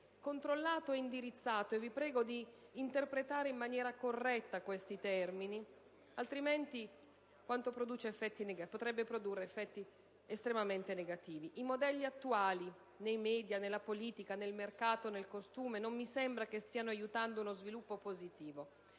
controllato e indirizzato - e vi prego di interpretare in maniera corretta questi termini - altrimenti potrebbe produrre effetti estremamente negativi. I modelli attuali - nei *media*, nella politica, nel mercato, nel costume - non mi sembra che stiano aiutando uno sviluppo positivo;